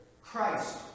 Christ